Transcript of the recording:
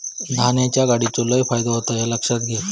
धान्याच्या गाडीचो लय फायदो होता ह्या लक्षात घे